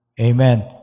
Amen